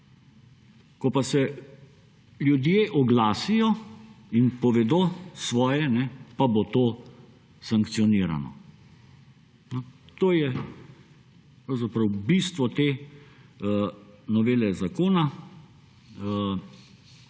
ko pa se ljudje oglasijo in povedo svoje, pa bo to sankcionirano. To je pravzaprav bistvo te novele zakona,